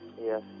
Yes